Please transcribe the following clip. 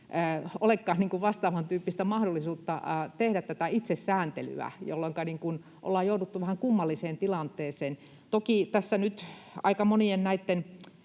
olekaan vastaavantyyppistä mahdollisuutta tehdä tätä itsesääntelyä, jolloinka on jouduttu vähän kummalliseen tilanteeseen. Toki tässä nyt aika monien näitten